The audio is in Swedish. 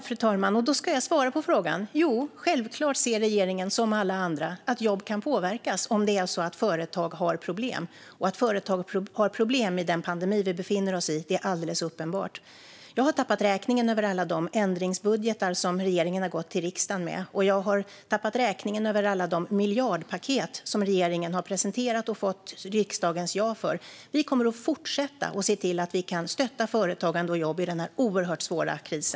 Fru talman! Jag ska svara på frågan. Självklart ser regeringen, som alla andra, att jobb kan påverkas om det är så att företag har problem, och att företag har problem i den pandemi vi befinner oss i är alldeles uppenbart. Jag har tappat räkningen på alla de ändringsbudgetar som regeringen har gått till riksdagen med, och jag har tappat räkningen på alla de miljardpaket som regeringen har presenterat och fått riksdagens ja till. Vi kommer att fortsätta att se till att vi kan stötta företagande och jobb i denna oerhört svåra kris.